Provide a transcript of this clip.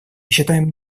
считаем